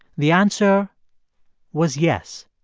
the answer was yes.